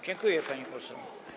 Dziękuję, pani poseł.